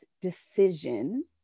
decision